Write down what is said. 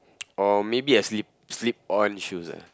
or maybe a slip slip on shoes ah